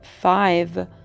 five